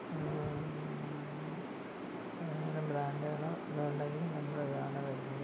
ബ്രാൻഡുകൾ ഇതുണ്ടെങ്കിൽ നമ്മൾ ഇതാണ് വരുന്നത്